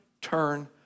turn